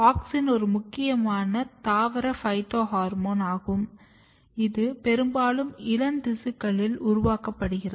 auxin ஒரு முக்கியமான தாவர பைட்டோஹார்மோன்கள் ஆகும் இது பெரும்பாலும் இளம் திசுக்களில் உருவாக்கப்படுகிறது